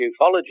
ufology